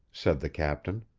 said the captain.